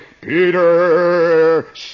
Peter